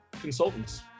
consultants